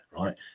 right